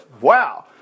Wow